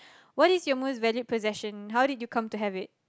what is your most valued possession how did you come to have it